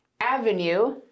avenue